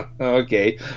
Okay